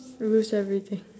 lose everything